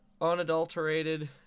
unadulterated